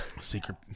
Secret